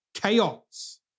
Chaos